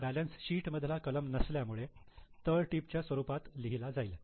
हा balance sheet मधला कलम नसल्यामुळे तळटीप च्या स्वरूपात लिहिला जाईल